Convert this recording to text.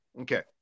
Okay